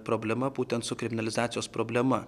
problema būtent su kriminalizacijos problema